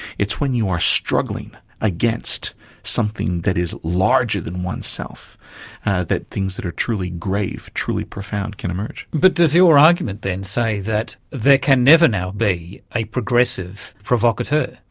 it's when you are struggling against something that is larger than oneself that things that are truly grave, truly profound can emerge. but does your argument then say that there can never now be a progressive provocateur?